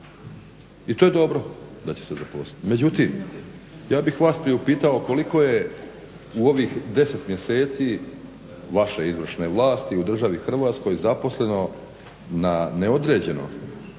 i to je dobro da će se zaposliti. Međutim ja bih vas priupitao koliko je u ovih 10 mjeseci vaše izvršne vlasti u državi Hrvatskoj zaposleno na neodređeno